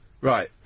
Right